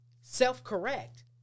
Self-correct